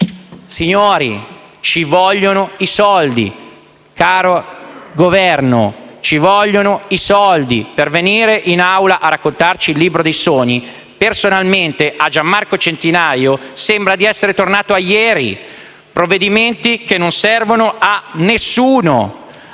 Signori, ci vogliono i soldi. Caro Governo, ci vogliono i soldi per venire in Aula a raccontarci il libro dei sogni. Personalmente, a Gian Marco Centinaio sembra di essere tornato a ieri. Provvedimenti che non servono a nessuno.